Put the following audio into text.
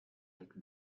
like